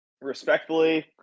Respectfully